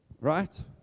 right